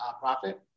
profit